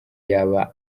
yaba